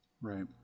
right